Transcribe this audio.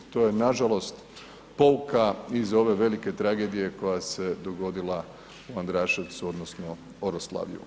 To je nažalost pouka iz ove velike tragedije koja se dogodila u Andraševcu odnosno Oroslavlju.